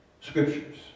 scriptures